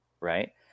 Right